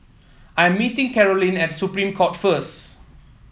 I am meeting Karolyn at Supreme Court first